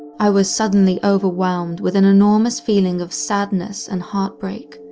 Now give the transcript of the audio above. i was suddenly overwhelmed with an enormous feeling of sadness and heartbreak,